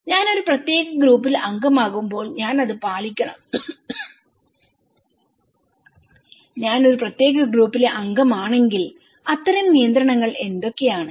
ഞാൻ ഒരു പ്രത്യേക ഗ്രൂപ്പിൽ അംഗമാകുമ്പോൾ ഞാൻ അത് പാലിക്കണം ഞാൻ ഒരു പ്രത്യേക ഗ്രൂപ്പിലെ അംഗമാണെങ്കിൽ അത്തരം നിയന്ത്രണങ്ങൾ എന്തൊക്കെയാണ്